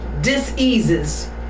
diseases